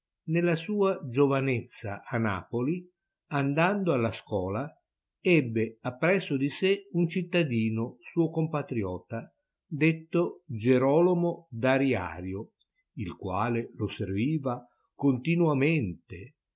nella sua giovanezza a napoli andando alla scola ebbe appresso di sé un cittadino suo compatriota detto gierolomo da lliario il quale lo serviva continoamente